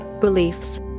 beliefs